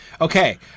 okay